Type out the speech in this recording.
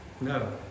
No